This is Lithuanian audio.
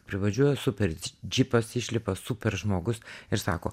privažiuoja super džipas išlipa super žmogus ir sako